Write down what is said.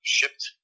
shipped